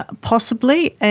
ah possibly, and